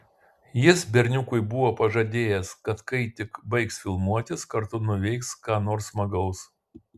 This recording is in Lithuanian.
jis berniukui buvo pažadėjęs kad kai tik baigs filmuotis kartu nuveiks ką nors smagaus